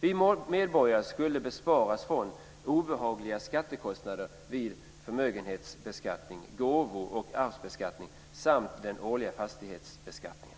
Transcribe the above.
Vi medborgare skulle besparas obehagliga skattekostnader vid förmögenhetsbeskattningen, gåvo och arvsbeskattningen samt den årliga fastighetsbeskattningen.